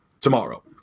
tomorrow